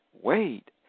wait